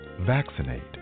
Vaccinate